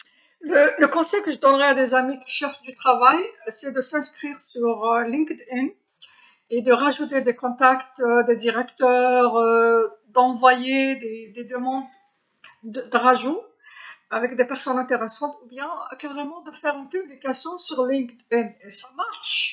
النصيحة التي سأقدمها للأصدقاء الذين يبحثون عن عمل هي التسجيل في لينك دي إن أن وإضافة جهات اتصال من المديرين لإرسال طلبات العمل الأشخاص المثيرين للاهتمام أو حتى عمل منشور على لينك دي إي أن إنه عملي.